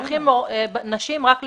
שולחים נשים רק להוראה.